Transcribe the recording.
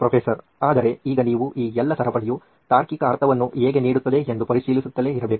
professor ಆದರೆ ಈಗ ನೀವು ಈ ಎಲ್ಲಾ ಸರಪಳಿಯು ತಾರ್ಕಿಕ ಅರ್ಥವನ್ನು ಹೇಗೆ ನೀಡುತ್ತದೆ ಎಂದು ಪರಿಶೀಲಿಸುತ್ತಲೇ ಇರಬೇಕು